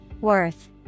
Worth